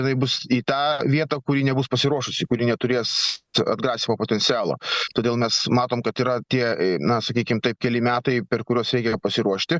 jinai bus į tą vietą kuri nebus pasiruošusi kuri neturės atgrasymo potencialo todėl mes matom kad yra tie na sakykim taip keli metai per kuriuos reikia pasiruošti